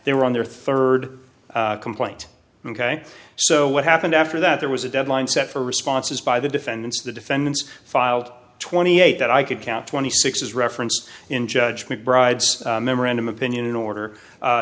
were on their third complaint ok so what happened after that there was a deadline set for responses by the defendants the defendants filed twenty eight that i could count twenty six as reference in judge mcbride's memorandum opinion and order